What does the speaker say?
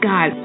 God